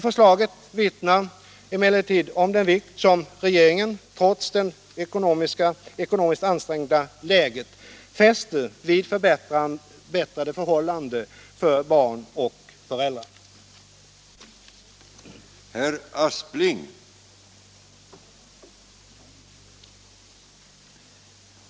Förslaget vittnar om den vikt som regeringen — trots det ekonomiskt ansträngda läget — fäster vid förbättrade förhållanden för barnen och föräldrarna.